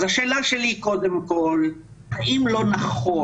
אז השאלה שלי קודם כול היא: האם לא נכון,